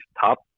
top